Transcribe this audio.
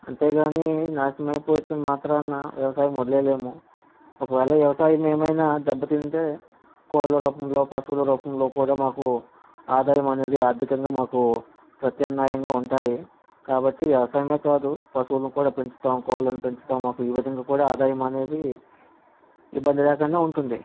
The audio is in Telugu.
అంతేకాని నాశమైపోతుంది అన్న మాత్రాన వ్యవసాయం వదిలేయలేము ఒకవేళ వ్యవసాయం ఏమైనా దెబ్బతింటే కోళ్ళ రూపంలో పశువుల రూపంలో కూడా మాకు ఆదాయం అనేది ఆర్థికంగా మాకు ప్రత్యామ్నాయంగా ఉంటాయి కాబట్టి వ్యవసాయమే కాదు పశువులు కూడా పెంచుతాం కోళ్ళను పెంచుతాం మాకు ఈ విధంగా కూడా ఆదాయం అనేది ఇబ్బంది లేకుండా ఉంటుంది